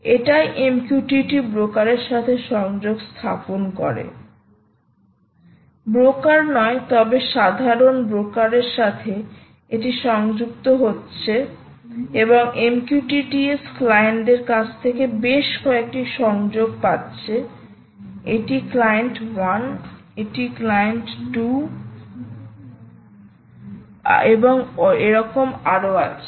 এটাই MQTT ব্রোকারের সাথে সংযোগ স্থাপন করে s ব্রোকার নয় তবে সাধারণ ব্রোকারের সাথে এটি সংযুক্ত হচ্ছে এবং এই MQTT S ক্লায়েন্টদের কাছ থেকে বেশ কয়েকটি সংযোগ পাচ্ছে এটি ক্লায়েন্ট ক্লায়েন্ট 1 ক্লায়েন্ট 2 এবং এরকম আরও অনেক